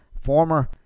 former